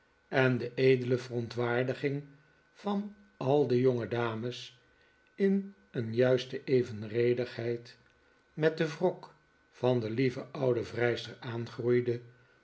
en de edele verontwaardiging van al de jongedames in een juiste evenredigheid met den wrok van de lieve oude vrijster aangroeide